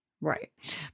Right